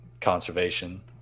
conservation